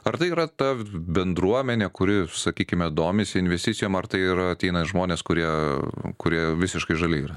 ar tai yra ta bendruomenė kuri sakykime domisi investicijom ar tai yra ateina žmonės kurie kurie visiškai žali yra